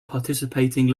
participating